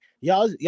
Y'all